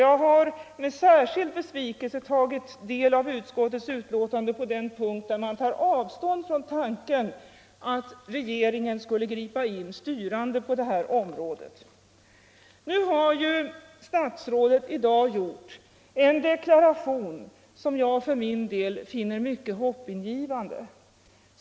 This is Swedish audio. Jag har med särskilt stor besvikelse tagit del av utskottets betänkande på den punkt där man tar avstånd från tanken att regeringen skulle gripa in styrande på det här området. Nu har statsrådet i dag gjort en deklaration som jag för min del finner mycket hoppingivande.